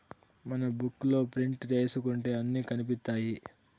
మనం బుక్ లో ప్రింట్ ఏసుకుంటే అన్ని కనిపిత్తాయి